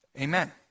Amen